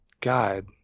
God